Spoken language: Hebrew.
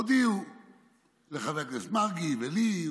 הודיעו לחבר הכנסת מרגי ולי,